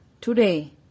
Today